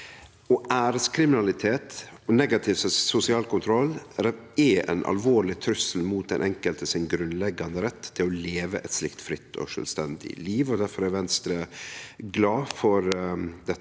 Æreskriminalitet og negativ sosial kontroll er ein alvorleg trussel mot den enkelte sin grunnleggjande rett til å leve eit slikt fritt og sjølvstendig liv. Difor er Venstre glad for dette